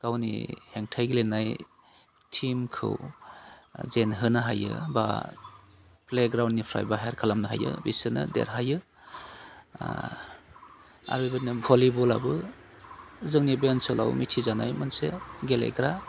गावनि हेंथायै गेलेनाय टिमखौ जेनहोनो हायो बा प्लेग्राउननिफ्राय बाहेर खालामनो हायो बिसोरनो देरहायो आरो बेबायदिनो भलिबलाबो जोंनि बे ओनसोलाव मिथिजानाय मोनसे गेलेग्रा